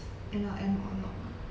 M_L_M or not mah